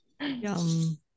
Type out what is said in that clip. yum